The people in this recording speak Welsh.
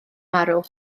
marw